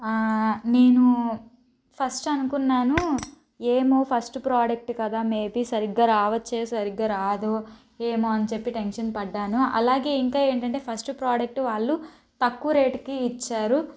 నేను ఫస్ట్ అనుకున్నాను ఏమో ఫస్ట్ ప్రోడక్ట్ కదా మేబీ సరిగా రావచ్చు సరిగా రాదు ఏమో అని చెప్పి టెన్షన్ పడినాను అలాగే ఇంకా ఏంటంటే ఫస్ట్ ప్రోడక్ట్ వాళ్ళు తక్కువ రేట్కి ఇచ్చారు